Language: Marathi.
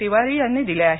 तिवारी यांनी दिले आहेत